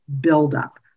buildup